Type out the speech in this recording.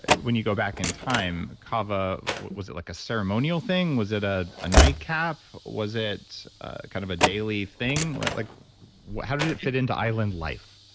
when you go back in time, kava, was it like a ceremonial thing? was it a nightcap? was it kind of a daily thing? like like how did it fit into island life?